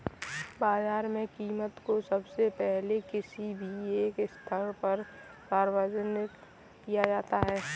बाजार में कीमत को सबसे पहले किसी भी एक स्थल पर सार्वजनिक किया जाता है